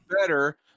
better